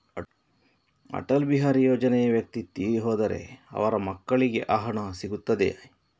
ಅಟಲ್ ಬಿಹಾರಿ ಯೋಜನೆಯ ವ್ಯಕ್ತಿ ತೀರಿ ಹೋದರೆ ಅವರ ಮಕ್ಕಳಿಗೆ ಆ ಹಣ ಸಿಗುತ್ತದೆಯೇ?